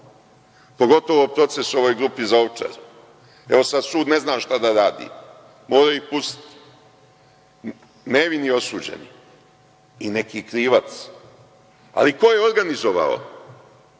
pogotovo proces o ovoj grupi za Ovčar. Sada sud ne zna šta da radi. Mora ih pustiti. Nevini osuđeni i neki krivac. Ali, ko je organizovao?